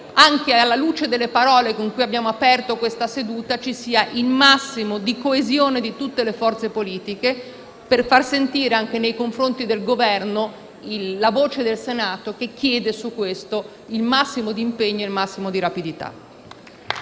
anche alla luce delle parole con cui abbiamo aperto questa seduta, ci sia la più ampia coesione di tutte le forze politiche per far sentire anche nei confronti del Governo la voce del Senato, che su questo chiede il massimo impegno e la massima rapidità.